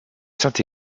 saint